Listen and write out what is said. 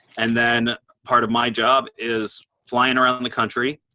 and then part of my job is flying around and the country,